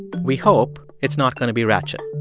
we hope it's not going to be ratchet